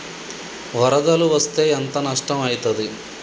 వరదలు వస్తే ఎంత నష్టం ఐతది?